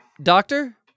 Doctor